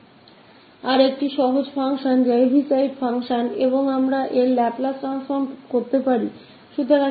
एक और सरल कार्य है जो हेविसाइड फ़ंक्शन है और हम इसके लाप्लास परिवर्तन की गणना कर सकते हैं